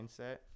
mindset